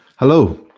hello,